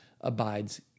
abides